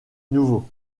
nouveau